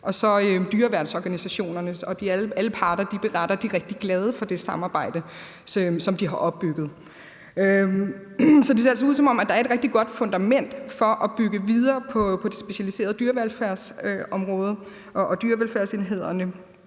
og så dyreværnsorganisationerne. Og alle parter beretter om, at de er rigtig glade for det samarbejde, som de har opbygget. Det ser altså ud, som om der er et rigtig godt fundament at bygge videre på for det specialiserede dyrevelfærdsområde og dyrevelfærdsenhederne.